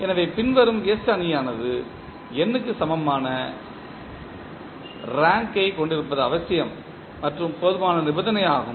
எனவே பின்வரும் S அணியானது n க்கு சமமான ரேங்கைக் கொண்டிருப்பது அவசியம் மற்றும் போதுமான நிபந்தனை ஆகும்